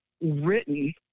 written